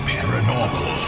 Paranormal